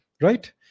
right